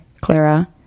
Clara